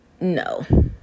no